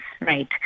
right